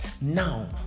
Now